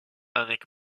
avec